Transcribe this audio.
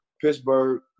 Pittsburgh